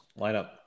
lineup